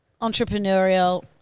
entrepreneurial